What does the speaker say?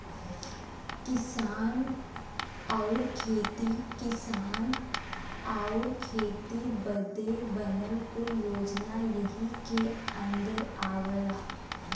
किसान आउर खेती बदे बनल कुल योजना यही के अन्दर आवला